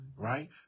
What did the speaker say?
right